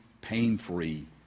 pain-free